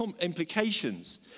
implications